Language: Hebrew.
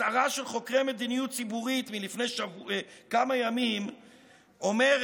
הצהרה של חוקרי מדיניות ציבורית מלפני כמה ימים אומרת,